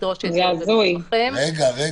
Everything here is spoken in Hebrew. לדרוש --- מסמכים.